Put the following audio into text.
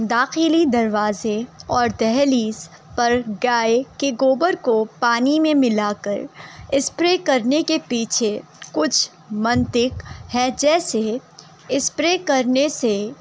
داخلی دروازے اور دہلیز پر گائے کے گوبر کو پانی میں ملا کر اسپرے کرنے کے پیچھے کچھ منطق ہے جیسے اسپرے کرنے سے